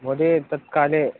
महोदय तत्काले